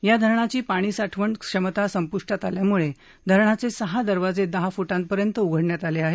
या धरणाची पाणी साठवण क्षमता संपुष्टात आल्यामुळे धरणाचे सहा दरवाजे दहा फुटांपर्यंत उघडण्यात आले आहेत